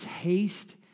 taste